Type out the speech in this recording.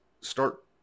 start